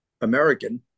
American